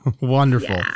Wonderful